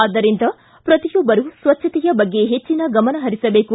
ಆದ್ದರಿಂದ ಪ್ರತಿಯೊಬ್ಬರು ಸ್ವಚ್ಛತೆಯ ಬಗ್ಗೆ ಹೆಚ್ಚಿನ ಗಮನ ಹರಿಸಬೇಕು